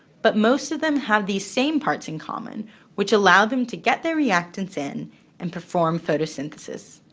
but most of them have these same parts in common which allows them to get their reactants in and perform photosynthesis.